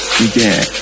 began